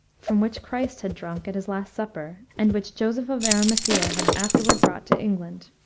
from which christ had drunk at his last supper, and which joseph of arimathea had afterward brought to england.